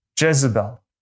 Jezebel